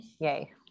yay